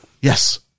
Yes